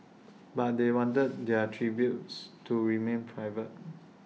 but they wanted their tributes to remain private